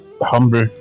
humble